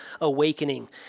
awakening